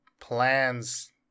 plans